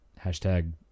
hashtag